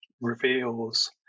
reveals